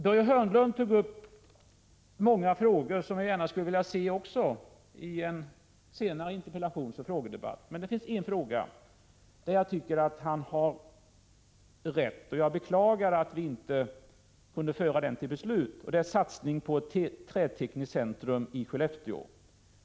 Börje Hörnlund tog upp många frågor som jag gärna skulle vilja se också i en senare interpellationseller frågedebatt. Men det finns en fråga där jag tycker att han har rätt, och jag beklagar att vi inte kunde föra den till beslut. Det är satsningen på ett trätekniskt centrum i Skellefteå.